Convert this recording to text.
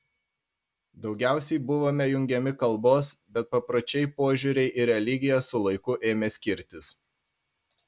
daugiausiai buvome jungiami kalbos bet papročiai požiūriai ir religija su laiku ėmė skirtis